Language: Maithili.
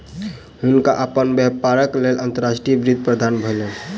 हुनका अपन व्यापारक लेल अंतर्राष्ट्रीय वित्त प्राप्त भेलैन